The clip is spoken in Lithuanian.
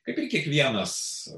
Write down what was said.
kaip ir kiekvienas